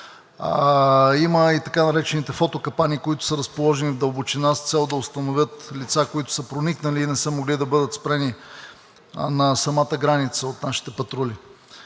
Има и така наречените фотокапани, които са разположени в дълбочина, с цел да установят лица, които са проникнали и не са могли да бъдат спрени на самата граница от нашите патрули.